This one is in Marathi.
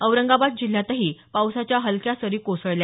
औरंगाबाद जिल्ह्यातही पावसाच्या हलक्या सरी कोसळल्या